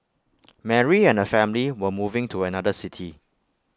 Mary and her family were moving to another city